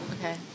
Okay